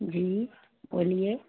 जी बोलिए